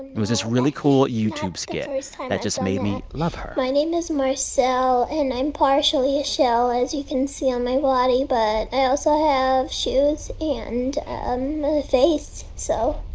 it was this really cool youtube skit that just made me love her my name is marcel, and i'm partially a shell, as you can see on my body. but i also have shoes and ah a face. so.